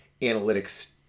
analytics